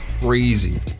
Crazy